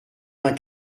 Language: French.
vingt